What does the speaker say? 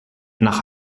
nach